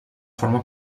forma